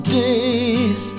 days